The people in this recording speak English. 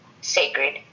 sacred